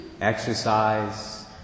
exercise